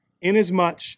inasmuch